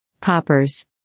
poppers